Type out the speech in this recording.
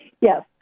Yes